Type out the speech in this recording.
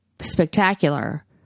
spectacular